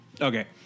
Okay